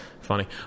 Funny